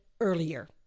earlier